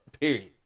Period